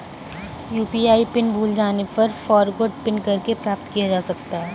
UPI pin भूल जाने पर फ़ॉरगोट पिन करके प्राप्त किया जा सकता है